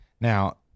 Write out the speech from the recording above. Now